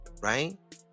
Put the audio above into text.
Right